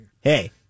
Hey